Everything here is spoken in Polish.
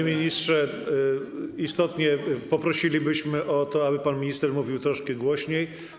Panie ministrze, istotnie poprosilibyśmy o to, aby pan minister mówił trochę głośniej.